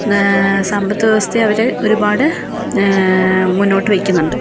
സമ്പത്ത് വ്യവസ്ഥയെ അവർ ഒരുപാട് മുന്നോട്ടു വയ്ക്കുന്നുണ്ട്